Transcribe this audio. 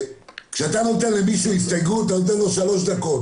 כשאתה נותן למישהו הסתייגות אתה נותן לו שלוש דקות,